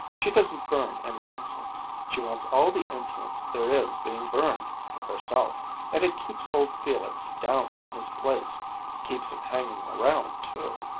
she doesn't burn any incense. she wants all the incense there is being burned, for herself and it keeps old felix down in his place keeps him hanging around too.